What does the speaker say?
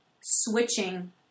switching